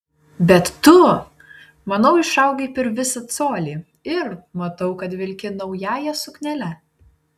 bet tu manau išaugai per visą colį ir matau kad vilki naująja suknele